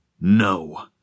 No